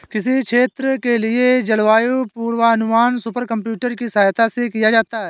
किसी क्षेत्र के लिए जलवायु पूर्वानुमान सुपर कंप्यूटर की सहायता से किया जाता है